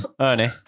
Ernie